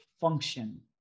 function